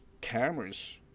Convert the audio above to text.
cameras